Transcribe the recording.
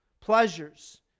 Pleasures